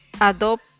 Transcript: adopt